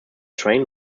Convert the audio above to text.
train